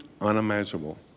unimaginable